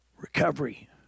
Recovery